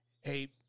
hey